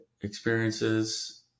experiences